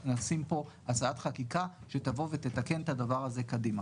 נשים פה הצעת חקיקה שתבוא ותתקן את הדבר הזה קדימה.